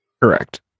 Correct